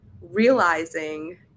realizing